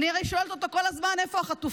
אני הרי שואלת אותו כל הזמן: איפה החטופים?